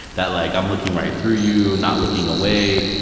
that like, i'm looking right through you, not looking away,